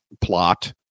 plot